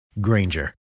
Granger